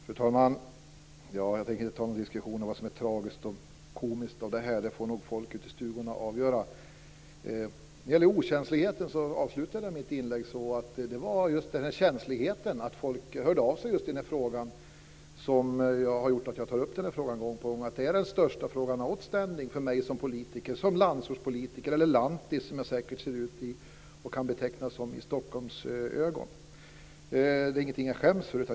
Fru talman! Jag tänker inte ta någon diskussion om vad som är tragiskt, komiskt osv. Det får nog folket i stugorna avgöra. När det gäller okänsligheten avslutade jag mitt inlägg med just känsligheten för att folk hör av sig i just den här frågan. Det är det som har gjort att jag tar upp den här frågan gång på gång. Det är den outstanding största frågan för mig som politiker, som landsortspolitiker eller som lantis, som jag säkert kan ses som med Stockholmsögon. Det är ingenting som jag skäms för.